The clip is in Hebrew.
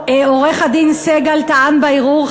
עורך-הדין של סגל טען בערעור,